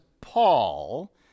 Paul